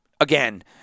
again